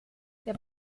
der